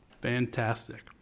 fantastic